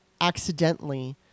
accidentally